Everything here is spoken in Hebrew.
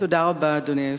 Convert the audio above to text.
תודה רבה, אדוני היושב-ראש.